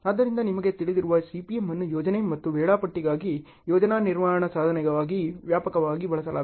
ಆದ್ದರಿಂದ ನಿಮಗೆ ತಿಳಿದಿರುವ CPM ಅನ್ನು ಯೋಜನೆ ಮತ್ತು ವೇಳಾಪಟ್ಟಿಗಾಗಿ ಯೋಜನಾ ನಿರ್ವಹಣಾ ಸಾಧನವಾಗಿ ವ್ಯಾಪಕವಾಗಿ ಬಳಸಲಾಗುತ್ತದೆ